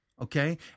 okay